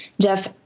Jeff